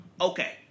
okay